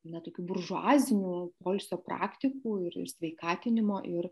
na tokių buržuazinių poilsio praktikų ir sveikatinimo ir